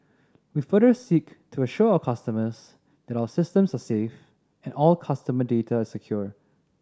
we further seek to assure our customers that our systems are safe and all customer data is secure